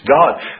God